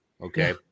Okay